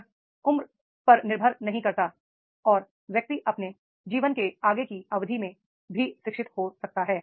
यह उम्र पर निर्भर नहीं करता है और व्यक्ति अपने जीवन की आगे की अवधि में भी शिक्षित हो सकता है